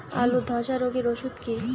আলুর ধসা রোগের ওষুধ কি?